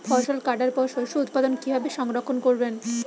ফসল কাটার পর শস্য উৎপাদন কিভাবে সংরক্ষণ করবেন?